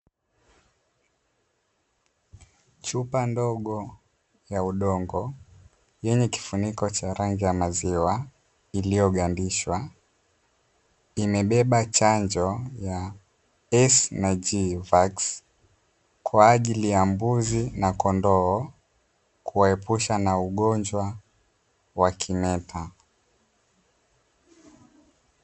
Chupa ndogo ya udongo yenye kifuniko cha rangi ya maziwa iliyogandishwa, imebeba chanjo ya (s na g vaksi), kwa ajili ya mbuzi na kondoo kuwaepusha na ugonjwa wa kimeta.